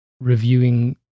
reviewing